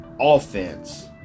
offense